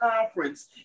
conference